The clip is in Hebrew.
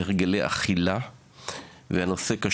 להרגלי אכילה ולחינוך.